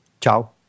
Ciao